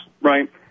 right